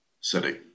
city